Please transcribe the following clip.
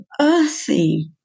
earthy